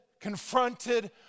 confronted